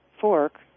fork